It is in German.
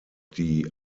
die